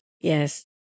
Yes